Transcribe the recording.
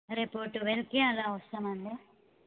రేపు ట్వెల్వ్కి అలా వస్తామండి